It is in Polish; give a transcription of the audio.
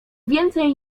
więcej